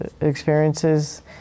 experiences